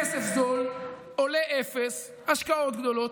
כסף זול, עולה אפס, השקעות גדולות.